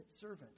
servant